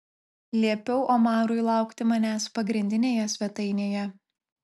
liepiau omarui laukti manęs pagrindinėje svetainėje